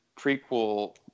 prequel